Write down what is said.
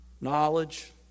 knowledge